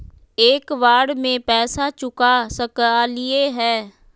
एक बार में पैसा चुका सकालिए है?